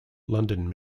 london